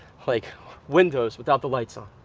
like windows without the lights on.